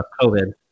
COVID